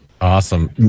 Awesome